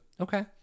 Okay